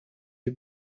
you